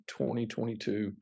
2022